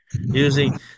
using